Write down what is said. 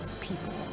people